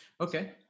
Okay